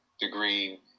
degree